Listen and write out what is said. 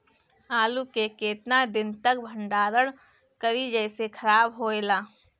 आलू के केतना दिन तक भंडारण करी जेसे खराब होएला?